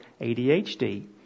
ADHD